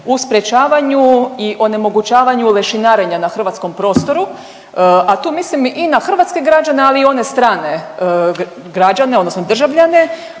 u sprječavanju i onemogućavanju lešinarenja na hrvatskom prostoru. A tu mislim i na hrvatske građane, ali i one strane građane odnosno državljane